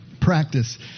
practice